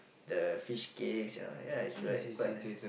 the fish cakes you know ya it's like quite nice